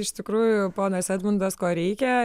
iš tikrųjų ponas edmundas ko reikia